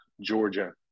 Georgia